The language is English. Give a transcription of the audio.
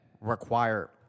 require